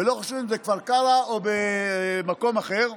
ולא חשוב אם זה בכפר קרע או במקום אחר,